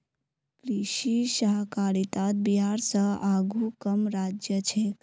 कृषि सहकारितात बिहार स आघु कम राज्य छेक